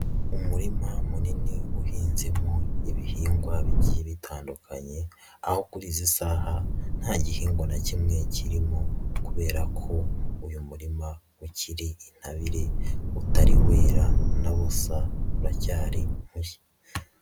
Umurima munini uhinzemo ibihingwa bigiye bitandukanye aho kuri izi saha nta gihingwa na kimwe kirimo kubera ko uyu murima ukiri intabire utari wera na busa uracyari mushya.